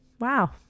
wow